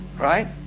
Right